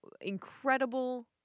incredible